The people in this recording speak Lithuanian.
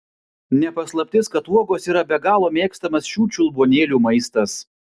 ne paslaptis kad uogos yra be galo mėgstamas šių čiulbuonėlių maistas